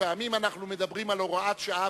שפעמים אנחנו מדברים על הוראת שעה,